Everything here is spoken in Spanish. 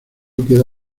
queda